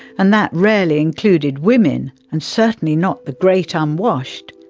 and that rarely included women, and certainly not the great ah unwashed.